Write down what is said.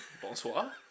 Bonsoir